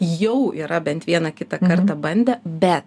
jau yra bent vieną kitą kartą bandę bet